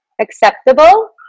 acceptable